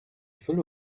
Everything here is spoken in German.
fülle